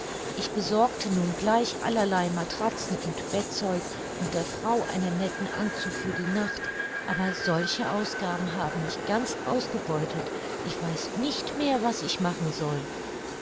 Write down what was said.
ich besorgte nun gleich allerlei matratzen und bettzeug und der frau einen netten anzug für die nacht aber solche ausgaben haben mich ganz ausgebeutelt ich weiß nicht mehr was ich machen soll